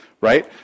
right